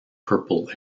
purple